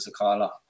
Sakala